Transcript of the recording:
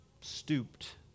stooped